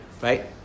right